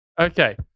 Okay